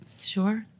Sure